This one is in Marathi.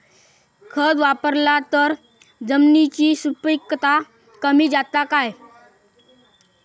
खत वापरला तर जमिनीची सुपीकता कमी जाता काय?